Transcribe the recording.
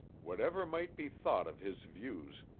whatever might be thought of his views,